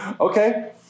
Okay